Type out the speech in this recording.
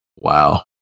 wow